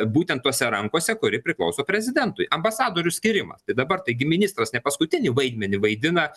būten tose rankose kuri priklauso prezidentui ambasadorių skyrimas tai dabar taigi ministras ne paskutinį vaidmenį vaidina